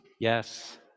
Yes